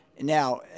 now